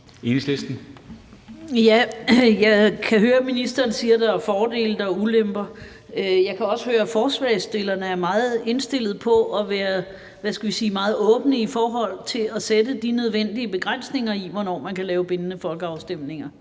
Jeg kan høre, at ministeren siger, at der er fordele og ulemper, og jeg kan også høre, at forslagsstillerne er meget indstillet på at være åbne i forhold til at sætte de nødvendige begrænsninger på, hvornår man kan lave bindende folkeafstemninger.